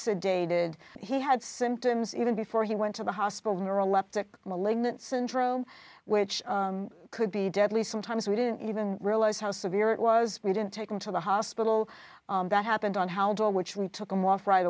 sedated he had symptoms even before he went to the hospital neuroleptic malignant syndrome which could be deadly sometimes we didn't even realize how severe it was we didn't take him to the hospital that happened on how to which we took him off right